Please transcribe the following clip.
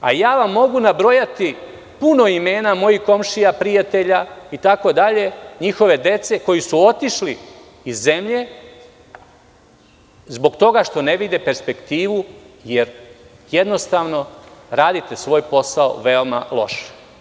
Ja vam mogu nabrojati puno imena mojih komšija, prijatelja, itd, njihove dece, koji su otišli iz zemlje zbog toga što ne vide perspektivu, jer, jednostavno, radite svoj posao veoma loše.